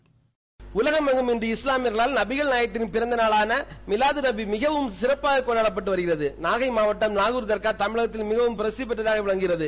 voice bite Selvan Jebaraj உலகம் எங்கும் இன்று இஸ்லாமியர்களால் நபிகள் நாயகத்தின் பிறந்த நாளான மிவாது நபி மிகவும் சிறப்பாக கொண்டாடப்பட்டு வருகிறது நாகை மாவட்டம் நாகூர் தர்கா தமிழகத்தில் மிகவும் பிரசித்திப் பெற்றதாக விளங்குகிறது